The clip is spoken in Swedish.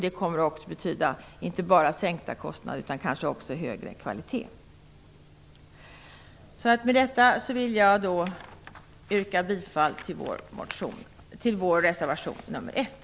Det kommer att betyda inte bara sänkta kostnader utan kanske också högre kvalitet. Med detta vill jag yrka bifall till vår reservation, nr 1.